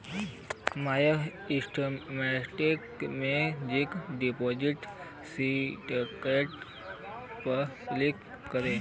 माय certificate में जाके deposit certificate पे क्लिक करा